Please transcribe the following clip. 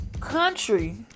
country